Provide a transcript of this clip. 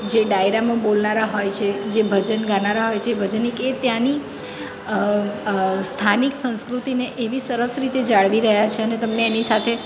જે ડાયરામાં બોલનારા હોય છે જે ભજન ગાનારા જે હોય છે ભજનીક એ ત્યાંની સ્થાનિક સંસ્કૃતિને એવી સરસ રીતે જાળવી રહ્યા છે અને તમને એની સાથે